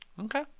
Okay